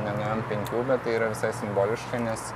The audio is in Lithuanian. nenuėjom penkių bet tai yra visai simboliška nes